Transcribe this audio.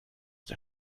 der